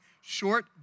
short